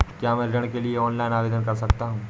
क्या मैं ऋण के लिए ऑनलाइन आवेदन कर सकता हूँ?